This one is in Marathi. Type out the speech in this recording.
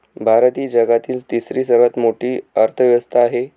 भारत ही जगातील तिसरी सर्वात मोठी अर्थव्यवस्था आहे